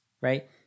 right